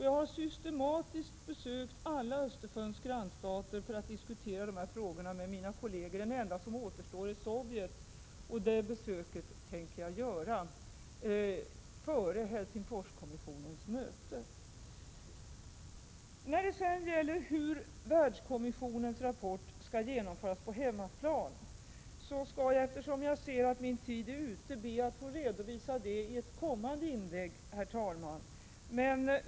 Jag har systematiskt besökt alla grannstater runt Östersjön för att diskutera dessa frågor med mina kolleger. Den enda stat som återstår är Sovjet, och ett besök där tänker jag göra före Helsingforskommissionens möte. Hur Världskommissionens rapport skall genomföras på hemmaplan skall jag, eftersom jag ser att min taletid är ute, be att få redovisa i ett kommande inlägg, herr talman.